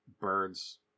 Birds